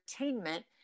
entertainment